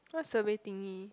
what survey thingy